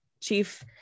chief